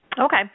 Okay